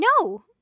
no